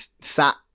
sat